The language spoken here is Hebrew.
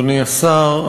אדוני השר,